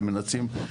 ומנסים,